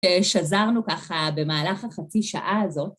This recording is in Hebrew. שזרנו ככה במהלך החצי שעה הזאת.